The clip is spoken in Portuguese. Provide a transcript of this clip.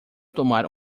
tomar